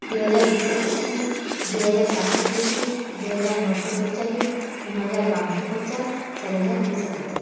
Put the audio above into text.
ଦୁଇହଜାର ଦୁଇଶହ ପଚିଶି ଦୁଇହଜାର ସାତଶହ ଚଉତିରିଶି ଦୁଇହଜାର ନଅଶହ ସତଚାଳିଶି ତିନିହଜାର ପାଞ୍ଚ ଶହ ପଚାଶ ଚାରି ହଜାର ଦୁଇଶହ ପଚାଶ